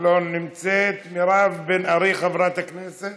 לא נמצאת, חברת הכנסת